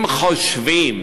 אם חושבים